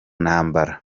ntambara